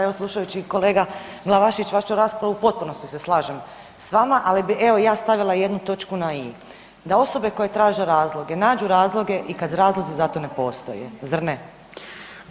Evo slušajući kolega Glavašević vašu raspravu u potpunosti se slažem s vama, ali bi evo ja stavila jednu točku na i. Da osobe koje traže razloge, nađu razloge i kad razlozi za to ne postoje, zar ne?